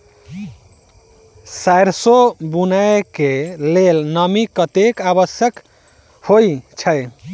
सैरसो बुनय कऽ लेल नमी कतेक आवश्यक होइ छै?